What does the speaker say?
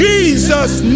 Jesus